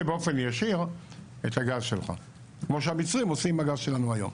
באופן ישיר את הגז שלך כמו שהמצרים עושים עם הגז שלנו היום.